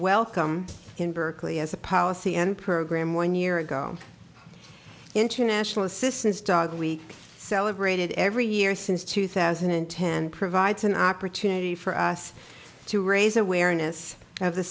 welcome in berkeley as a policy and program one year ago international assistance dog we celebrated every year since two thousand and ten provides an opportunity for us to raise awareness